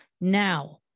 now